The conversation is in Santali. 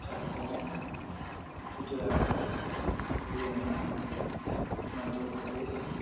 ᱡᱷᱟᱲᱠᱷᱚᱸᱰ ᱜᱩᱡᱽᱨᱟᱴ ᱦᱚᱨᱭᱟᱱᱟ ᱦᱤᱢᱟᱪᱚᱞ ᱯᱨᱚᱫᱮᱥ